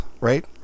right